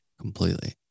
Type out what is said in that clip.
completely